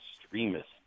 extremists